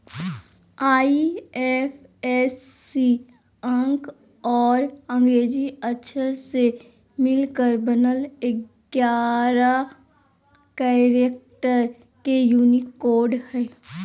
IFSC अंक और अंग्रेजी अक्षर से मिलकर बनल एगारह कैरेक्टर के यूनिक कोड हइ